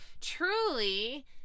truly